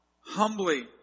humbly